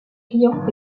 clients